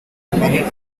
many